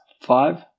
five